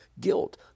guilt